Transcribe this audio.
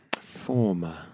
Former